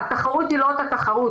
התחרות היא לא אותה תחרות.